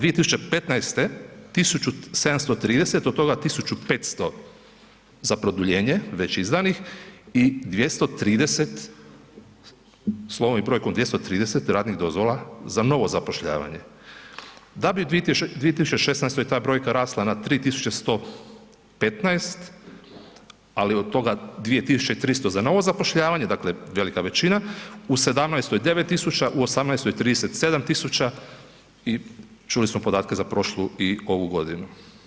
2015. 1.730 od toga 1.500 za produljenje već izdanih i 230 slovom i brojkom 230 radnih dozvola za novo zapošljavanje, da bi u 2016. ta brojka rasla na 3.115, ali od toga 2.300 za novo zapošljavanje, dakle velika većina, a u '17. 9.000, u '18. 37.000 i čuli smo podatke za prošlu i ovu godinu.